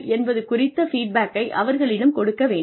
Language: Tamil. என்பது குறித்த ஃபீட்பேக்கை அவர்களிடம் கொடுக்க வேண்டும்